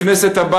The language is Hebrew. אז בסדר,